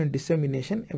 Dissemination